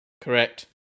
Correct